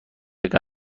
دارد